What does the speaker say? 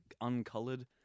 uncolored